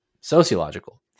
sociological